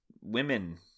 women